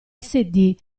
suoi